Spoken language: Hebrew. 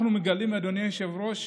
אנחנו מגלים, אדוני היושב-ראש,